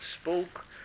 spoke